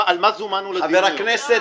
על מה זומנו לדיון?